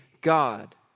God